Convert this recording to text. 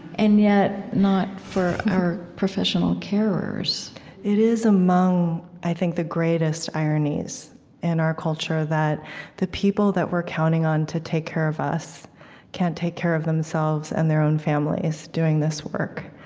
and yet, not for our professional carers it is among, i, the greatest ironies in our culture that the people that we're counting on to take care of us can't take care of themselves and their own families doing this work.